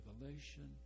Revelation